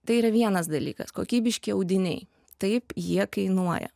tai yra vienas dalykas kokybiški audiniai taip jie kainuoja